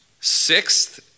Sixth